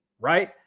right